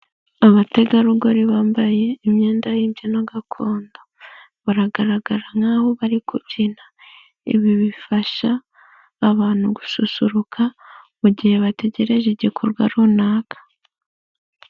Abategarugori bambaye imyenda y'imbyino gakondo baragaragara nk'aho bari kubyina, ibi bifasha abantu gususuruka mu gihe bategereje igikorwa runaka.